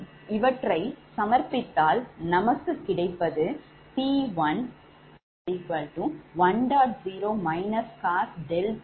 இவற்றை சமர்ப்பித்தால் நமக்கு கிடைப்பது 𝑃11